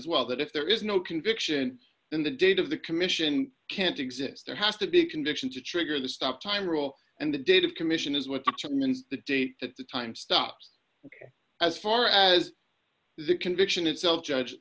as well that if there is no conviction then the date of the commission can't exist there has to be a conviction to trigger the stop time rule and the date of commission is what the actual minutes the date that the time stops as far as the conviction itself judge